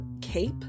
cape